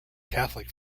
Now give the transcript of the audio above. catholic